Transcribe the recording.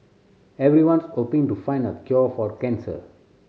everyone's hoping to find the cure for cancer